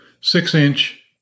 six-inch